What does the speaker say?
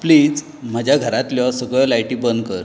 please म्हज्या घरांतल्यो सगळ्यो लायटी बंद कर